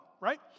right